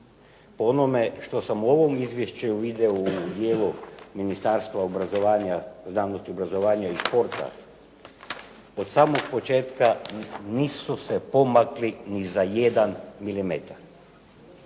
po onome što sam u ovom Izvješću vidio u dijelu Ministarstva obrazovanja, znanosti, obrazovanja i sporta od samog početka nisu se pomakli ni za jedan milimetar